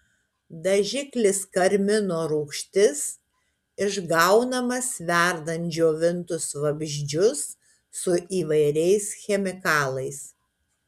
dažiklis karmino rūgštis išgaunamas verdant džiovintus vabzdžius su įvairiais chemikalais